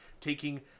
taking